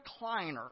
recliner